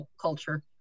culture